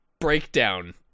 breakdown